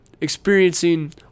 experiencing